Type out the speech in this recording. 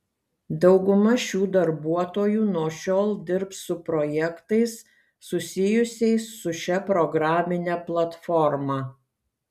dauguma šių darbuotojų nuo šiol dirbs su projektais susijusiais su šia programine platforma